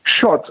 shot